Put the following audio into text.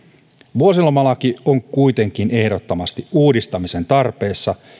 vuosilomalaki on kuitenkin ehdottomasti uudistamisen tarpeessa